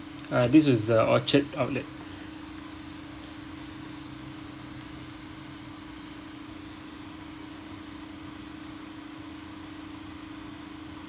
uh this is the orchard outlet